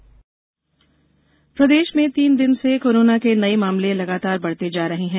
corona प्रदेश प्रदेश में तीन दिन से कोरोना के नये मामले लगातार बढ़ते जा रहे हैं